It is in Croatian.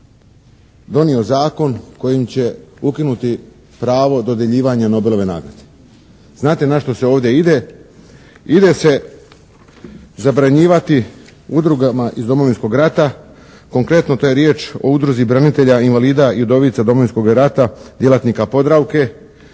donio zakon kojim će ukinuti pravo dodjeljivanja Nobelove nagrade. Znate na što se ovdje ide? Ide se zabranjivati udrugama iz Domovinskog rata, konkretno to je riječ o Udruzi branitelja, invalida i udovica Domovinskog rata djelatnika "Podravke"